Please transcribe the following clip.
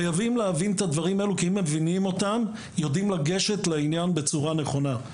חייבים להבין את הנחות היסוד הללו כדי לגשת לדיון בצורה נכונה.